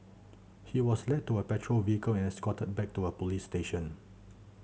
he was led to a patrol vehicle and escorted back to a police station